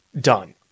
done